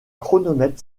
chronomètre